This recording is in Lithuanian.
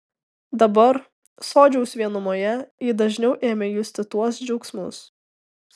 dabar sodžiaus vienumoje ji dažniau ėmė justi tuos džiaugsmus